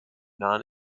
non